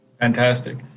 Fantastic